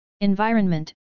environment